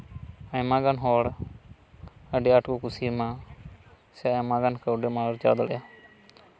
ᱟᱭᱢᱟ ᱜᱟᱱ ᱦᱚᱲ ᱟᱹᱰᱤ ᱟᱸᱴ ᱠᱚ ᱠᱩᱥᱤᱭᱟᱢᱟ ᱥᱮ ᱟᱭᱢᱟᱜᱟᱱ ᱠᱟᱹᱣᱰᱤᱢ ᱟᱨᱡᱟᱣ ᱫᱟᱲᱮᱭᱟᱜᱼᱟ